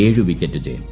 ഏഴു വിക്കറ്റ് ജയം